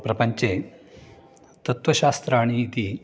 प्रपञ्चे तत्त्वशास्त्राणि इति